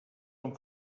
amb